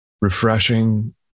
refreshing